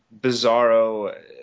bizarro